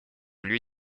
lui